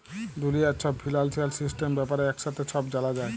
দুলিয়ার ছব financial system ব্যাপারে একসাথে ছব জালা যায়